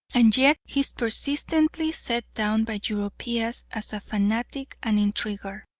and yet he is persistently set down by europeans as a fanatic and intriguer!